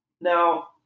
Now